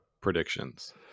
predictions